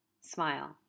smile